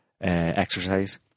exercise